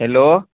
hello